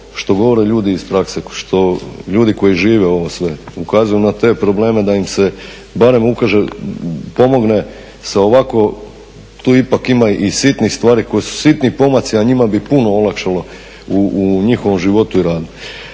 što govore ljudi iz prakse. Ljudi koji žive ovo sve ukazuju na te probleme da im se barem pomogne sa ovako, tu ipak ima i sitnih stvari koji su sitni pomaci, a njima bi puno olakšalo u njihovom životu i radu.